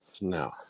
No